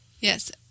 Yes